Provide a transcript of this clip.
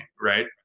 right